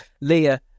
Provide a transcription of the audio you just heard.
Leah